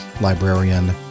librarian